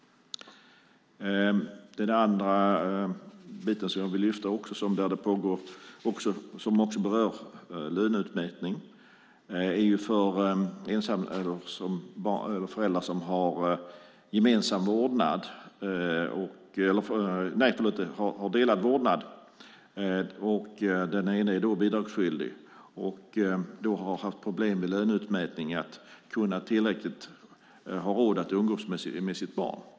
Det andra som jag vill lyfta fram berör löneutmätning gällande föräldrar som har delad vårdnad och den ene är bidragsskyldig. Det har varit problem vid löneutmätning för dessa att ha råd att umgås med sitt barn.